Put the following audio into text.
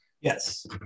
Yes